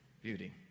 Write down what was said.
Beauty